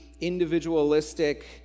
individualistic